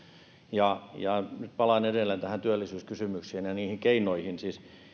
ja ja nyt palaan edelleen näihin työllisyyskysymyksiin ja ja niihin keinoihin siis